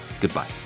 goodbye